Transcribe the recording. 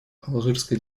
алжирская